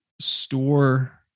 store